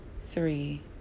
three